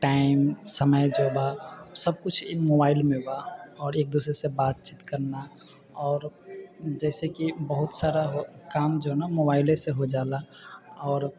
time समय जे बा सब किछु ई मोबाइलमे बा आओर एक दोसरे से बातचित करना आओर जैसेकि बहुत सारा काम जो हइ ने मोबाइले से हो जाला आओर